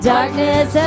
Darkness